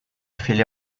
filha